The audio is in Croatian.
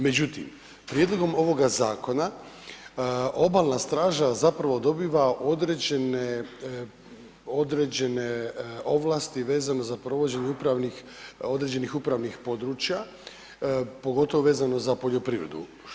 Međutim, prijedlogom ovoga zakona obalna straža zapravo dobiva određene, određene ovlasti vezano za provođenje upravnih, određenih upravnih područja, pogotovo vezano za poljoprivredu.